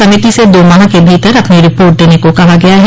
समिति से दो माह के भीतर अपनी रिपोर्ट देने को कहा गया है